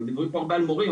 אז דיברו פה הרבה על מורים,